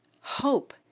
hope